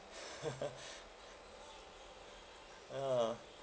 a'ah